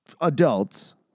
adults